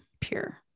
pure